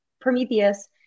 Prometheus